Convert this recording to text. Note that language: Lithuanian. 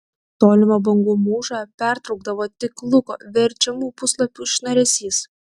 tolimą bangų mūšą pertraukdavo tik luko verčiamų puslapių šnaresys